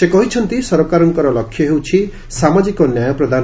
ସେ କହିଛନ୍ତି ସରକାରଙ୍କ ଲକ୍ଷ୍ୟ ହେଉଛି ସାମାଜିକ ନ୍ୟାୟ ପ୍ରଦାନ